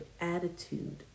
attitude